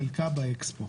חלקה באקספו.